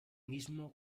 mismo